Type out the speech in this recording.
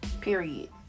Period